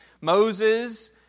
Moses